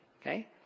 okay